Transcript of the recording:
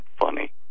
funny